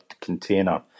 container